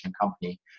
company